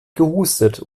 gehustet